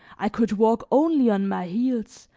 i could walk only on my heels,